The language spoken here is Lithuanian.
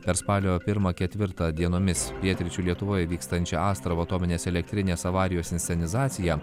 per spalio pirmą ketvirtą dienomis pietryčių lietuvoje vykstančią astravo atominės elektrinės avarijos inscenizaciją